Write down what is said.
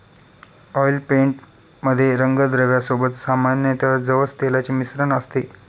oil paint मध्ये रंगद्रव्या सोबत सामान्यतः जवस तेलाचे मिश्रण असते